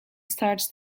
starts